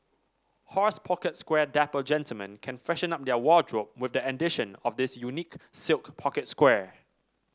horse pocket square Dapper gentlemen can freshen up their wardrobe with the addition of this unique silk pocket square